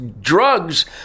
drugs